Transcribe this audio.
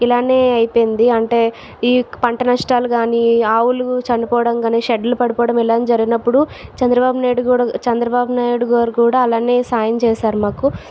ఇలానే అయిపోయింది అంటే ఈ పంట నష్టాలు కానీ ఆవులు చనిపోవడం కానీషెడ్లు పడిపోవటం ఇలానే జరిగినప్పుడు చంద్రబాబు నాయుడు కూడా చంద్రబాబు నాయుడు గారు కూడా అలానే సాయం చేశారు మాకు